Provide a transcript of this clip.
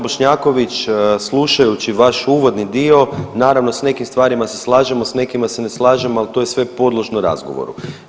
Bošnjaković slušajući vaš uvodni dio naravno s nekim stvarima se slažemo, s nekima se ne slažemo ali to je sve podložno razgovoru.